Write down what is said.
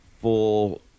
full